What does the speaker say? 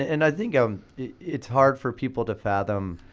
and i think um it's hard for people to fathom.